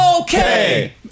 okay